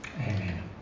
Amen